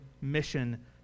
mission